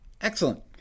Excellent